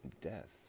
death